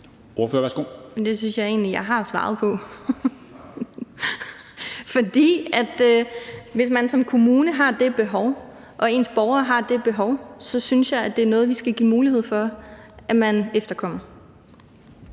Det synes jeg egentlig at jeg har svaret på. For hvis man som kommune har det behov og ens borgere har det behov, synes jeg, det er noget, vi skal give mulighed for at man efterkommer.